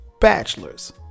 bachelors